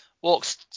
Walks